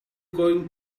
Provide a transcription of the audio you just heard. going